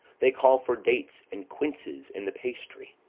they call for dates and quinces in the pastry.